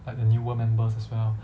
like the newer members as well